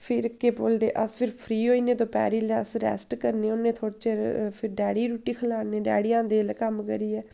फिर केह् बोलदे अस फिर फ्री होई जन्नें दपैह्री 'लै अस रैस्ट करने होन्नें थोह्ड़े चिर फिर डैडी गी रुट्टी खलान्नें डैडी आंदे जेल्लै कम्म करियै